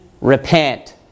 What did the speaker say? repent